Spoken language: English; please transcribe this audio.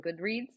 Goodreads